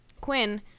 Quinn